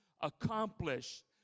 accomplished